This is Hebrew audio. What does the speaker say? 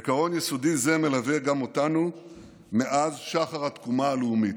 עיקרון יסודי זה מלווה גם אותנו מאז שחר התקומה הלאומית.